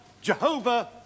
Jehovah